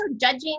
judging